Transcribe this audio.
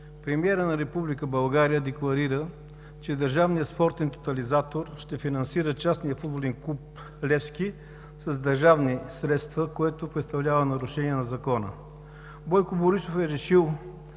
премиерът на Република България декларира, че Държавният спортен тотализатор ще финансира частния футболен клуб „Левски“ с държавни средства, което представлява нарушение на закона. Бойко Борисов е решил